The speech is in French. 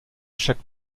chaque